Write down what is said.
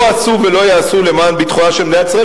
עשו ולא יעשו למען ביטחונה של מדינת ישראל,